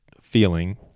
feeling